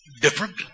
different